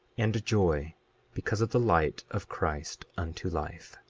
and joy because of the light of christ unto life.